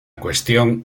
cuestión